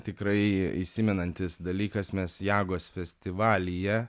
tikrai įsimenantis dalykas mes jagos festivalyje